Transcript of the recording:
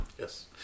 Yes